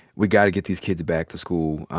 we gotta get these kids back to school.